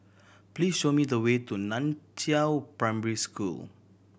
please show me the way to Nan Chiau Primary School